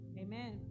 amen